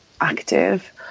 active